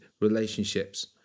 relationships